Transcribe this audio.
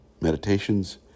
meditations